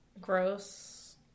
Gross